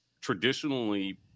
traditionally